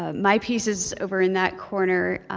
ah my piece is over in that corner,